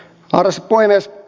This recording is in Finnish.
arvoisa puhemies